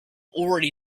already